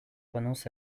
renoncent